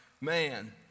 man